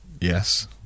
yes